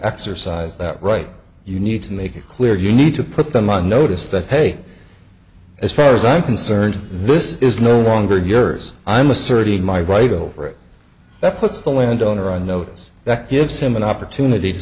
exercise that right you need to make it clear you need to put them on notice that hey as far as i'm concerned this is no longer yours i'm asserting my right over it that puts the landowner on notice that gives him an opportunity to